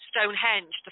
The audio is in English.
Stonehenge